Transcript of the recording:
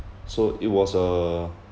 so it was a